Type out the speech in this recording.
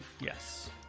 yes